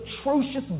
atrocious